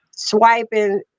swiping